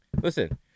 Listen